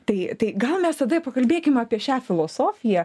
tai tai gal mes tada pakalbėkim apie šią filosofiją